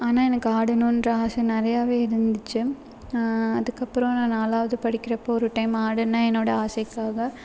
ஆனால் எனக்கு ஆடனும்ற ஆசை நிறையாவே இருந்துச்சு அதுக்கப்புறம் நான் நாலாவது படிக்கிறப்போது ஒரு டைம் ஆடினேன் என்னோடய ஆசைக்காக